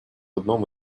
одном